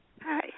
Hi